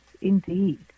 indeed